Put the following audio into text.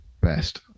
best